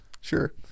Sure